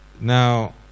Now